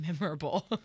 memorable